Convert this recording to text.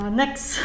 next